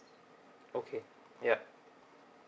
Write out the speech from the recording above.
okay ya